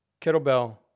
kettlebell